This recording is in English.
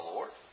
Lord